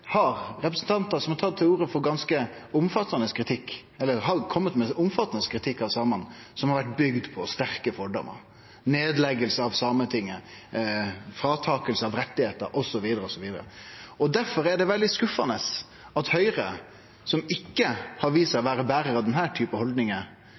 har representantar som har kome med omfattande kritikk av samane som har vore bygd på sterke fordomar: nedlegging av Sametinget, å ta frå dei rettar osv., osv. Difor er det veldig skuffande at Høgre, som ikkje har vist seg